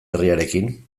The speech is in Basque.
herriarekin